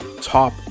Top